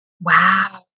Wow